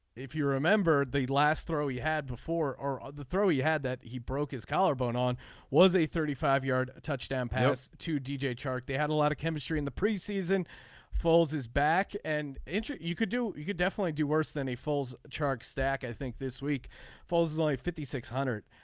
if you remember the last throw you had before or ah the throw you had that he broke his collarbone on was a thirty five yard touchdown pass to d j. chart they had a lot of chemistry in the preseason foles is back and and you you could do you could definitely do worse than a false charge stack. i think this week foles is only fifty six hundred.